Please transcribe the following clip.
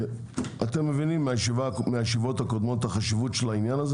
אתם מבינים מהישיבות הקודמות את החשיבות של העניין הזה